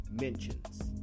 mentions